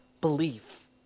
belief